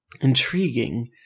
intriguing